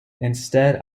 instead